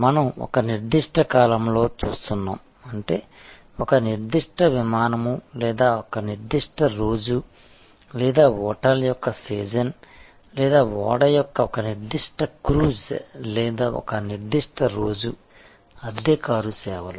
మనం ఒక నిర్దిష్ట కాలంలో చూస్తున్నాం అంటే ఒక నిర్దిష్ట విమానము లేదా ఒక నిర్దిష్ట రోజు లేదా హోటల్ యొక్క సీజన్ లేదా ఓడ యొక్క ఒక నిర్దిష్ట క్రూజ్ లేదా ఒక నిర్దిష్ట రోజు అద్దె కారు సేవలు